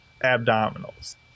abdominals